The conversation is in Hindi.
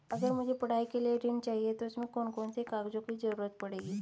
अगर मुझे पढ़ाई के लिए ऋण चाहिए तो उसमें कौन कौन से कागजों की जरूरत पड़ेगी?